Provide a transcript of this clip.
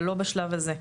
אבל לא בשלב הזה.